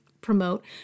promote